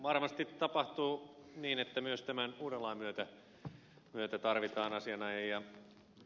varmasti tapahtuu niin että myös tämän uuden lain myötä tarvitaan asianajajia